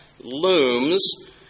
looms